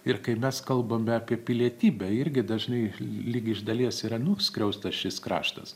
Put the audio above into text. ir kai mes kalbame apie pilietybę irgi dažnai lyg iš dalies yra nuskriaustas šis kraštas